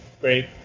great